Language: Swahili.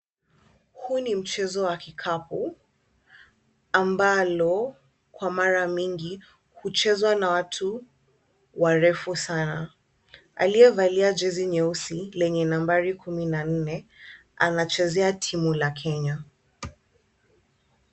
Huu ni mchezo wa kikapu ambalo kwa mara mingi huchezwa na watu warefu sana. Aliyevalia jezi nyeusi lenye nambari kumi na nne anachezea timu la Kenya.